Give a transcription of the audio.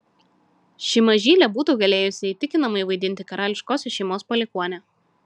ši mažylė būtų galėjusi įtikinamai vaidinti karališkosios šeimos palikuonę